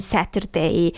Saturday